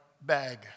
bag